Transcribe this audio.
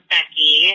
Becky